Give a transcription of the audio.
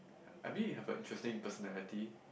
I mean you have a interesting personality